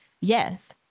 Yes